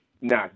No